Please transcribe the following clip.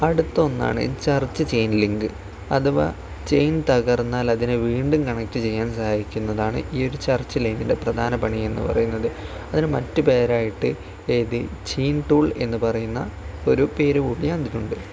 അടുത്ത ഒന്നാണ് ചർച്ച് ചെയിൻ ലിങ്ക് അഥവാ ചെയിൻ തകർന്നാൽ അതിനെ വീണ്ടും കണക്റ്റ് ചെയ്യാൻ സഹായിക്കുന്നതാണ് ഈ ഒരു ചർച്ച് ലിങ്കിൻ്റെ പ്രധാന പണി എന്ന് പറയുന്നത് അതിന് മറ്റു പേരായിട്ട് ഏത് ചെയിൻ ടൂൾ എന്ന് പറയുന്ന ഒരു പേര് കൂടി അതിനുണ്ട്